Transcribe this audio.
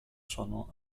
sono